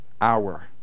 hour